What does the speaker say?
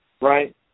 right